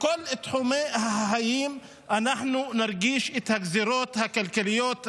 בכל תחומי החיים אנחנו נרגיש את הגזרות הכלכליות האלה,